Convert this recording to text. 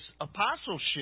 apostleship